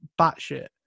batshit